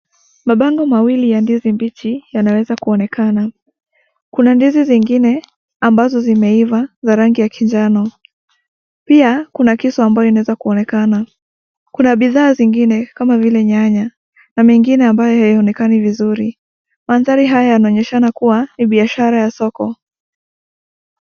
Mabango mawili ya ndizi mbichi yanaweza kuonekana, kuna ndizi zingine ambazo zimeiva za rangi ya kinjano, pia kuna kisu ambayo inaweza kuonekana, kuna bidhaa zingine kama vile nyanya na mengine ambayo hayaonekanni vizuri. Mandhari haya yanaonyeshana kuwa ni biashara ya soko.